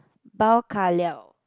bao ka liao